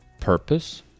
purpose